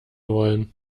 wollen